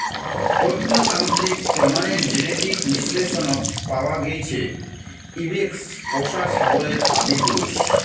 প্রত্নতাত্ত্বিক প্রমাণের জেনেটিক বিশ্লেষনত পাওয়া গেইছে ইবেক্স পোষা ছাগলের আদিপুরুষ